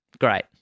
Great